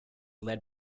led